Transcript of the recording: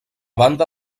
banda